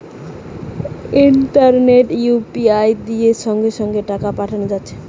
ইন্টারনেটে ইউ.পি.আই দিয়ে সঙ্গে সঙ্গে টাকা পাঠানা যাচ্ছে